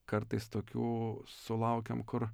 kartais tokių sulaukiam kur